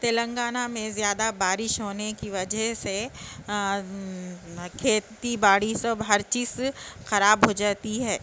تلنگانہ میں زیادہ بارش ہونے کی وجہ سے کھیتی باڑی سب ہر چیز خراب ہو جاتی ہے